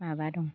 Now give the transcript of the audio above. मा बा दं